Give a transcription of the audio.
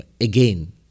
again